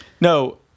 no